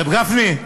ר' גפני,